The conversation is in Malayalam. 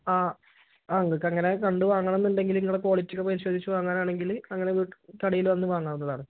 ആ നിങ്ങള്ക്ക് അങ്ങനെ കണ്ടു വാങ്ങണമെന്നുണ്ടെങ്കില് നിങ്ങള് ക്വാളിറ്റി പരിശോധിച്ചു വാങ്ങാനാണെങ്കില് അങ്ങനെ കടയില് വന്നു വാങ്ങാവുന്നതാണ്